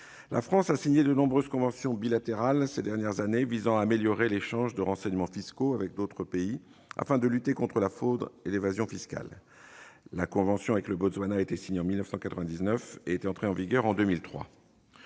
années de nombreuses conventions bilatérales visant à améliorer l'échange de renseignements fiscaux avec d'autres pays, afin de lutter contre la fraude et l'évasion fiscales. La convention avec le Botswana a été signée en 1999 et est entrée en vigueur en 2003.